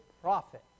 profit